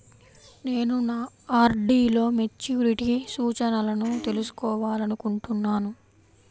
నేను నా ఆర్.డీ లో మెచ్యూరిటీ సూచనలను తెలుసుకోవాలనుకుంటున్నాను